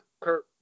Kurt